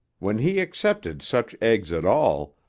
when he accepted such eggs at all,